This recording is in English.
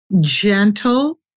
gentle